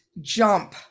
jump